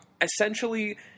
essentially